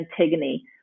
Antigone